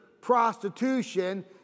prostitution